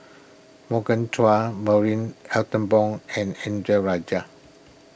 Morgan Chua Marie Ethel Bong and Indranee Rajah